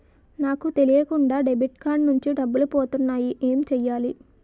నాకు తెలియకుండా debit card నుంచి డబ్బులు పోతున్నాయి ఎం చెయ్యాలి?